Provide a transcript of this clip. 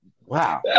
wow